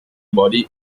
body